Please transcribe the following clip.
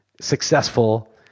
successful